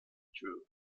drew